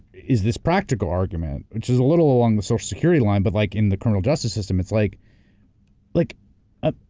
is this practical argument, which is a little along the social security line, but like in the criminal justice system, it's like like ah